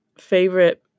favorite